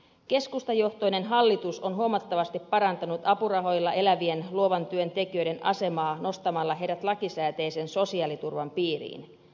keskustajohtoinen hallitus on huomattavasti parantanut apurahoilla elävien luovan työn tekijöiden asemaa nostamalla heidät lakisääteisen sosiaaliturvan piiriin